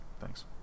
Thanks